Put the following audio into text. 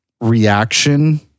reaction